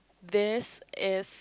this is